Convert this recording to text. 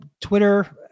Twitter